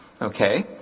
Okay